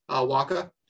Waka